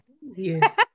yes